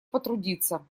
потрудиться